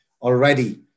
already